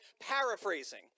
paraphrasing